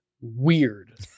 weird